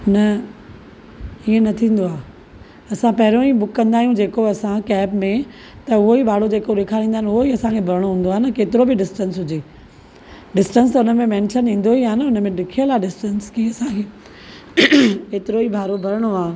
न हीअं न थींदो आहे असां पहिरियों ई बुक कंदा आहियूं जेको असां कैब में त उहो ई भाड़ो जेको ॾेखारींदा आहिनि उहो ई असांखे भरिणो हूंदो आहे न केतिरो बि डिस्टैन्स हुजे डिस्टैन्स त हुननि में मेन्शन हूंदो ई आहे न हुन में लिखियलु आहे डिस्टैन्स कि असांखे एतिरो ई भाड़ो भरिणो आहे